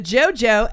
JoJo